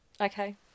Okay